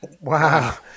Wow